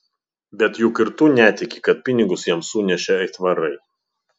bet juk ir tu netiki kad pinigus jam sunešė aitvarai